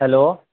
hello